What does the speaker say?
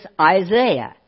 Isaiah